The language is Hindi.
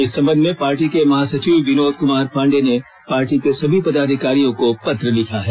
इस संबंध में पार्टी के महासचिव विनोद कुमार पांडेय ने पार्टी के सभी पदाधिकारियों को पत्र लिखा है